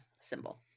symbol